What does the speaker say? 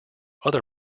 other